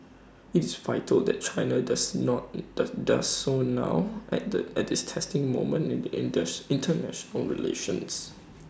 IT is vital that China does not does does so now at the at this testing moment in the in does International relations